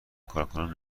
کارکنان